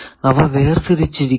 അവ വേർതിരിച്ചിരിക്കുന്നു